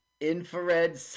Infrared